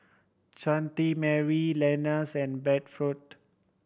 Mary Lenas and Bradford